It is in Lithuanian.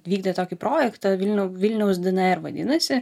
vykdė tokį projektą vilniau vilniaus dnr vadinasi